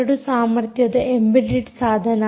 2 ಸಾಮರ್ಥ್ಯದ ಎಂಬೆಡೆಡ್ ಸಾಧನ